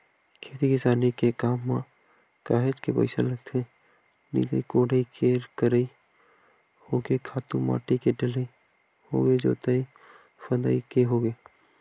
खेती किसानी के काम म काहेच के पइसा लगथे निंदई कोड़ई के करई होगे खातू माटी के डलई होगे जोतई फंदई के होगे